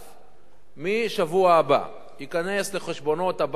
מהשבוע הבא תיכנס לחשבונות הבנק של האזרחים